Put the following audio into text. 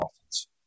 offense